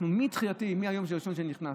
מהיום הראשון שנכנסתי,